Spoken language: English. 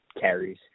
carries